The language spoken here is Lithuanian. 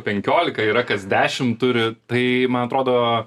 penkiolika yra kas dešimt turi tai man atrodo